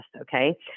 okay